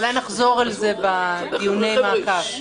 אולי נחזור לזה בדיוני המעקב.